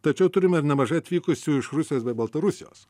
tačiau turime ir nemažai atvykusių iš rusijos bei baltarusijos